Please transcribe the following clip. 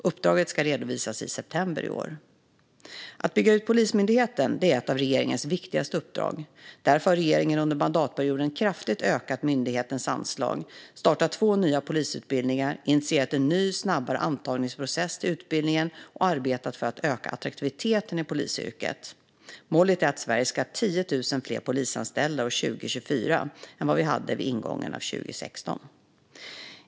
Uppdraget ska redovisas i september i år. Att bygga ut Polismyndigheten är ett av regeringens viktigaste uppdrag. Därför har regeringen under mandatperioden kraftigt ökat myndighetens anslag, startat två nya polisutbildningar, initierat en ny, snabbare antagningsprocess till utbildningen och arbetat för att öka attraktiviteten i polisyrket. Målet är att Sverige ska ha 10 000 fler polisanställda år 2024 än vad vi hade vid ingången av 2016.